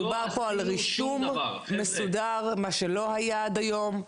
מדובר פה על רישום מסודר, מה שלא היה עד היום.